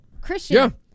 Christian